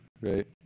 right